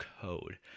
code